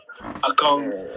accounts